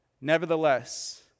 Nevertheless